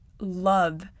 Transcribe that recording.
love